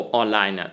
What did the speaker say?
online